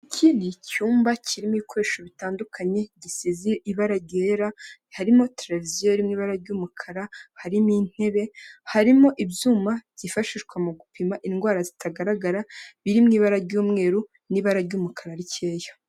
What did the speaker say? Iki ni icyumba kirimo ibikoresho bitandukanye gisize ibara ryera, harimo televiziyo iri mu ibara ry'umukara, harimo intebe, harimo ibyuma byifashishwa mu gupima indwara zitagaragara biri mu ibara ry'umweru n'ibara ry'umukara rikeya.